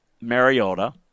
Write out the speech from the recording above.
Mariota